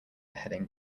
heading